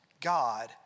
God